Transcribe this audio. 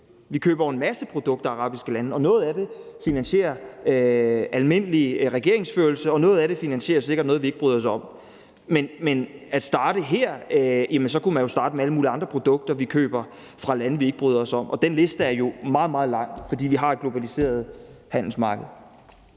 Vi køber en masse produkter af arabiske lande, og noget af det finansierer almindelig regeringsførelse, og noget af det finansierer sikkert noget, vi ikke bryder os om. Men hvis man skulle starte her, kunne man jo starte med alle mulige andre produkter, vi køber fra lande, vi ikke bryder os om, og den liste er meget, meget lang, fordi vi har et globaliseret handelsmarked.